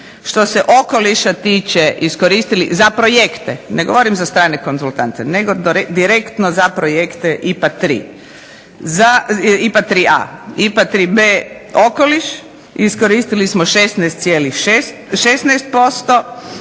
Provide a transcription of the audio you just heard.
što se Okoliša tiče iskoristili za projekte, ne govorim za strane konzultante nego direktno za projekte IPA 3A. IPA 3B – Okoliš iskoristili smo 16,16%,